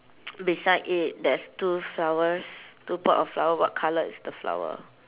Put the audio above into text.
beside it there's two flowers two pot of flower what colour is the flower